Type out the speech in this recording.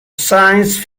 science